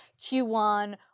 Q1